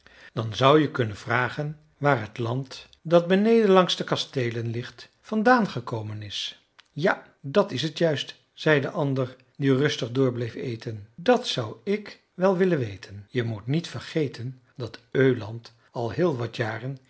dan zou je kunnen vragen waar het land dat beneden langs de kasteelen ligt vandaan gekomen is ja dat is het juist zei de andere die rustig door bleef eten dat zou ik wel willen weten je moet niet vergeten dat öland al heel wat jaren